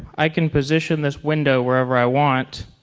i can position this window wherever i want